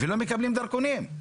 ולא מקבלים דרכונים.